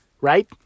Right